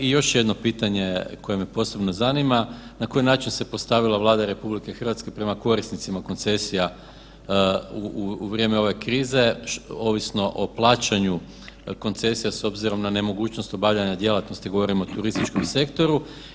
I još jedno pitanje koje me posebno zanima, na koji način se postavila Vlada RH prema korisnicima koncesija u vrijeme ove krize ovisno o plaćanju koncesije s obzirom na nemogućnost obavljanja djelatnosti, govorim o turističkom sektoru?